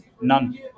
none